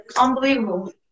Unbelievable